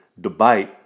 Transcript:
debate